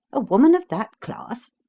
a woman of that class?